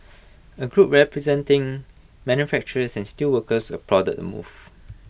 A group representing manufacturers and steelworkers applauded the move